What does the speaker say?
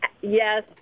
Yes